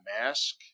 mask